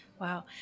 Wow